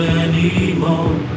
anymore